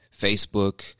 Facebook